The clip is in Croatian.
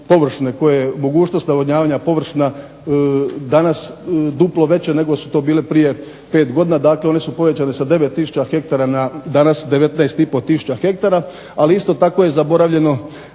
koje je mogućnost navodnjavanja površna danas duplo veća nego su to bile prije pet godina. Dakle, one su povećane sa 9000 ha na danas 19 i pol tisuća hektara. Ali isto tako je zaboravljeno